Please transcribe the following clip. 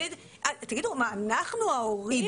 תגידו, אנחנו ההורים צריכים לתת את הפתרון?